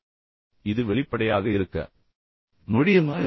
எனவே இது வெளிப்படையாக இருக்க முடியுமா